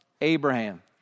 Abraham